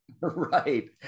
Right